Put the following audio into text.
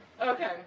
Okay